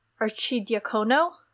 Archidiacono